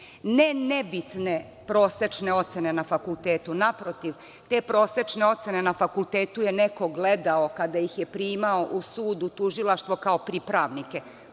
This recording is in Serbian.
ne nebitne prosečne ocene na fakultetu, naprotiv, te prosečne ocene na fakultetu je neko gledao kada ih je primao u sud, u tužilaštvo, kao pripravnik,